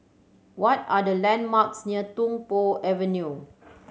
what are the landmarks near Tung Po Avenue